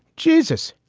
jesus,